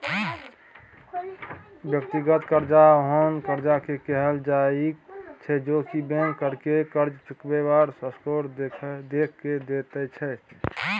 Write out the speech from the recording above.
व्यक्तिगत कर्जा ओहेन कर्जा के कहल जाइत छै जे की बैंक ककरो कर्ज चुकेबाक स्कोर देख के दैत छै